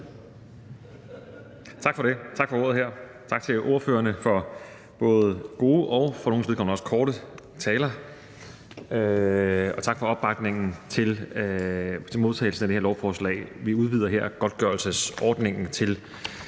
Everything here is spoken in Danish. Heunicke): Tak for ordet. Tak til ordførerne for både gode og for nogles vedkommende også korte taler, og tak for opbakningen til og modtagelsen af det her lovforslag. Vi udvider godtgørelsesordningen for